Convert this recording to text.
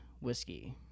whiskey